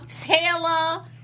Taylor